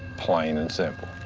plain and simple.